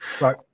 Right